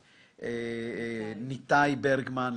- לפרופסור ניתאי ברגמן,